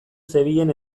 zebilen